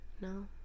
No